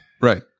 Right